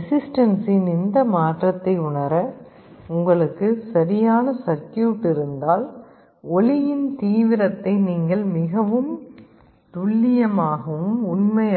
ரெசிஸ்டன்ஸின் இந்த மாற்றத்தை உணர உங்களுக்கு சரியான சர்க்யூட் இருந்தால் ஒளியின் தீவிரத்தை நீங்கள் மிகவும் உண்மையாகவும்